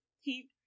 he-